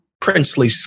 princely